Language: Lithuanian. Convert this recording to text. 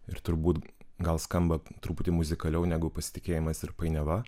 ir turbūt gal skamba truputį muzikaliau negu pasitikėjimas ir painiava